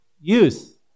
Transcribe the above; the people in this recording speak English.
Youth